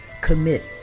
commit